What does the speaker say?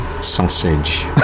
sausage